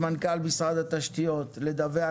שמחייב את מנכ"ל משרד התשתיות לדווח